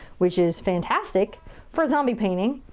which is fantastic for zombie painting.